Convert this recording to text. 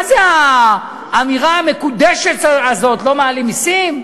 מה זה האמירה המקודשת הזו "לא מעלים מסים"?